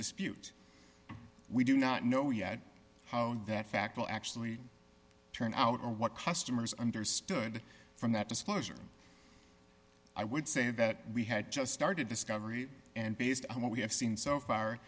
dispute we do not know yet that fact will actually turn out or what customers understood from that disclosure i would say that we had just started discovery and based on what we have seen so far